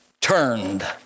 turned